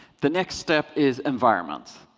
the next step is environments.